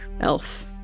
elf